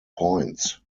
points